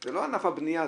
זה לא ענף הבנייה,